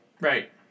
right